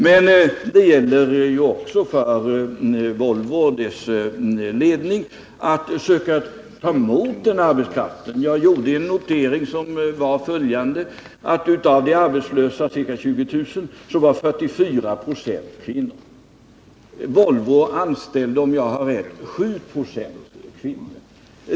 Men det gäller också för Volvo och dess ledning att försöka ta emot denna arbetskraft. Jag gjorde en notering. Av de arbetslösa, ca 20 000, var 44 96 kvinnor. Volvo anställer om jag är rätt informerad 7 96 kvinnor.